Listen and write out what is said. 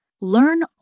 Learn